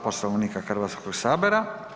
Poslovnika Hrvatskoga sabora.